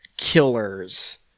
Killers